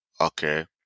okay